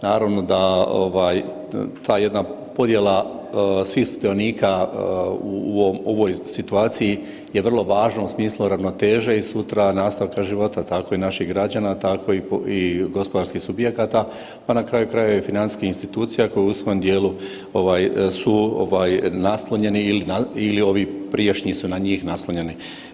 Naravno da ovaj ta jedna podjela svih sudionika u ovoj situaciji je vrlo važna u smislu ravnoteže i sutra nastavka života, tako i naših građana, tako i gospodarskih subjekata, a na kraju krajeva i financijskih institucija koje u svom dijelu ovaj su naslonjene ili ovi prijašnji su na njih naslonjeni.